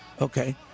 Okay